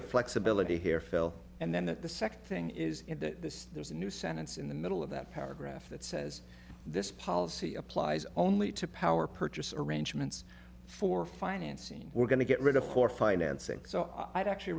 of flexibility here fell and then the second thing is in the there's a new sentence in the middle of that paragraph that says this policy applies only to power purchase arrangements for financing we're going to get rid of course financing so i don't actually